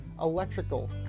electrical